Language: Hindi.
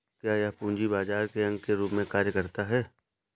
क्या यह पूंजी बाजार के अंग के रूप में कार्य करता है?